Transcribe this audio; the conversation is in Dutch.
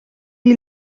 die